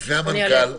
בפני המנכ"ל.